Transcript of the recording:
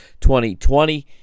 2020